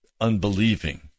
unbelieving